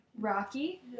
rocky